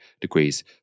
degrees